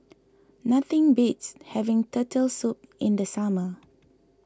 nothing beats having Turtle Soup in the summer